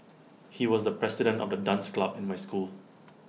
he was the president of the dance club in my school